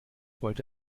wollte